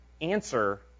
answer